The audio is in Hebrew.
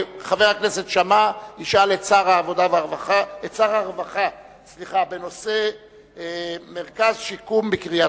חבר הכנסת שאמה ישאל את שר הרווחה בנושא מרכז שיקום בקריית-חיים.